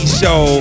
show